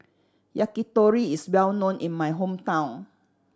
yakitori is well known in my hometown